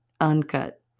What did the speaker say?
Uncut